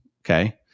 Okay